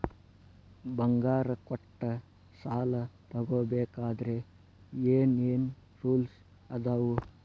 ಬಂಗಾರ ಕೊಟ್ಟ ಸಾಲ ತಗೋಬೇಕಾದ್ರೆ ಏನ್ ಏನ್ ರೂಲ್ಸ್ ಅದಾವು?